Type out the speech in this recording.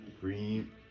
Green